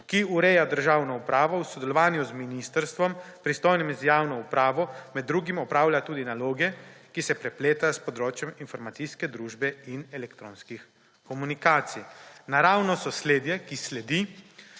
ki ureja državno upravo, v sodelovanju z ministrstvom, pristojnim za javno upravo, med drugim opravlja tudi naloge, ki se prepletajo s področjem informacijske družbe in elektronskih komunikacij. Naravno sosledje, ki sledi,